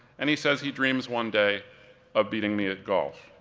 and he says he dreams one day of beating me at golf.